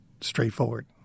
straightforward